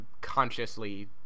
consciously